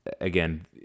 again